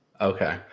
okay